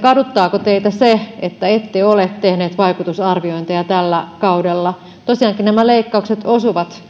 kaduttaako teitä se että ette ole tehneet vaikutusarviointeja tällä kaudella tosiaankin nämä leikkaukset osuvat